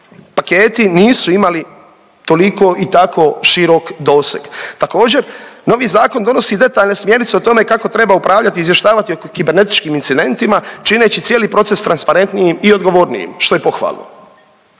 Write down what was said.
paketi nisu imali toliko i tako širok doseg. Također, novi zakon donosi detaljne smjernice o tome kako treba upravljati i izvještavati o kibernetičkim incidentima čineći cijeli proces transparentnijim i odgovornijim što je pohvalno.